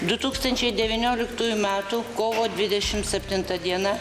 du tūkstančiai devynioliktųjų metų kovo dvidešim septinta diena